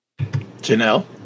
Janelle